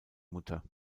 mutter